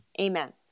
Amen